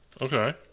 okay